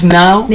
now